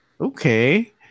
okay